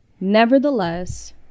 Nevertheless